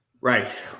right